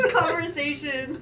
conversation